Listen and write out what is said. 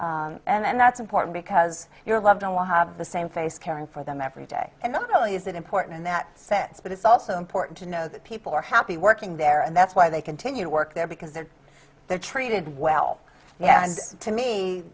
assistants and that's important because your loved one will have the same face caring for them every day and not only is that important in that sense but it's also important to know that people are happy working there and that's why they continue to work there because they're they're treated well yeah to me